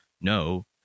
no